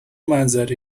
منظره